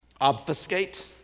obfuscate